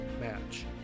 match